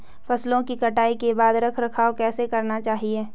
फसलों की कटाई के बाद रख रखाव कैसे करना चाहिये?